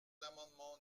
l’amendement